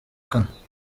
kane